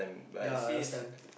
ya I understand